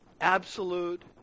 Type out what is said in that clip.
absolute